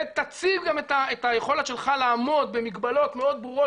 ותציב גם את היכולת שלך לעמוד במגבלות מאוד ברורות